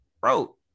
Bro